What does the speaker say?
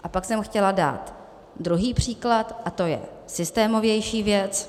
A pak jsem chtěla dát druhý příklad a to je systémovější věc.